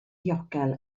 ddiogel